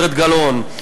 גברת גלאון,